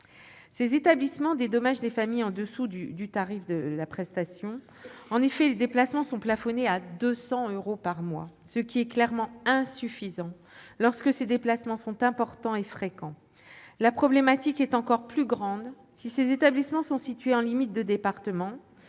Ces établissements dédommagent les familles en dessous du tarif de la prestation. En effet, les déplacements sont plafonnés à 200 euros par mois, ce qui est clairement insuffisant lorsque ces déplacements sont importants et fréquents. La problématique est encore plus grande si ces établissements sont situés en limite de département,